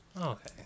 okay